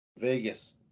Vegas